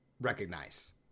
recognize